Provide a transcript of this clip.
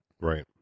Right